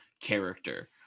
character